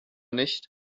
nicht